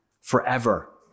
forever